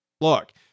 Look